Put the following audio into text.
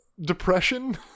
depression